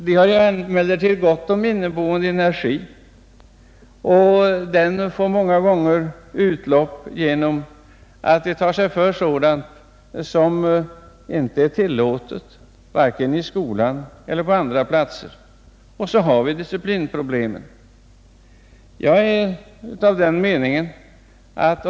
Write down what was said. De har emellertid ofta gott om inneboende energi, och den får många gånger utlopp genom att de tar sig för sådant som inte är tillåtet vare sig i skolan eller på andra platser. Och så har vi disciplinproblemen där.